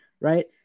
right